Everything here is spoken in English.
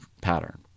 pattern